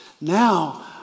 Now